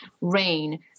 rain